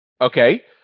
Okay